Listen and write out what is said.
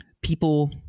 People